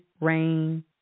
rain